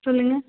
சொல்லுங்க